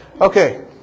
Okay